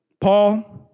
Paul